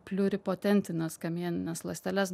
pliuripotentines kamienines ląsteles